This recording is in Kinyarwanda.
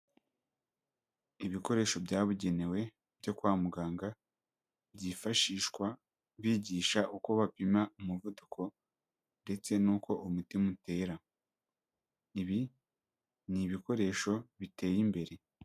Ibikoresho byabugenewe byo kwa muganga byifashishwa bigisha uko bapima umuvuduko ndetse n'uko umutima utera. Ibi ni ibikoresho biteye imbere.